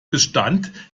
bestand